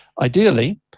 Ideally